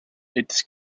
its